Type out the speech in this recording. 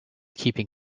keeping